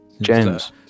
James